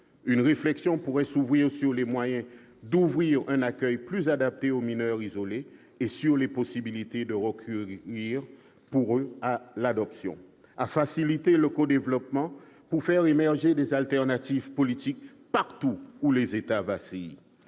Une réflexion pourrait s'ouvrir sur les moyens d'offrir un accueil plus adapté aux mineurs isolés étrangers et sur les possibilités de recourir, pour eux, à l'adoption. La facilitation du codéveloppement. Le but serait de faire émerger des alternatives politiques partout où les États vacillent.